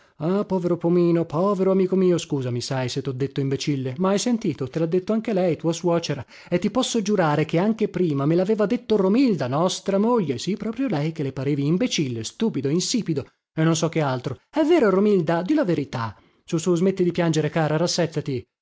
ah povero pomino povero amico mio scusami sai se tho detto imbecille ma hai sentito te lha detto anche lei tua suocera e ti posso giurare che anche prima me laveva detto romilda nostra moglie sì proprio lei che le parevi imbecille stupido insipido e non so che altro è vero romilda di la verità sù sù smetti di piangere cara